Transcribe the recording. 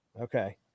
okay